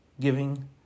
giving